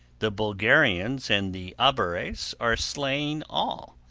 the bulgarians and the abares are slaying all